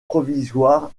provisoires